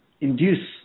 induce